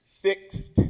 fixed